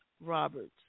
Roberts